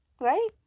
Right